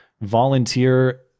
volunteer